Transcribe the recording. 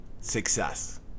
success